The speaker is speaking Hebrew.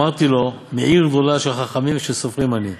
אמרתי לו, מעיר גדולה של חכמים ושל סופרים אני.